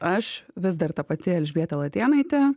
aš vis dar ta pati elžbieta latėnaitė